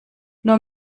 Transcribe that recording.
nur